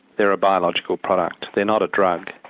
they're a biological product. they're not a drug.